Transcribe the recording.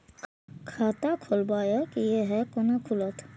खाता खोलवाक यै है कोना खुलत?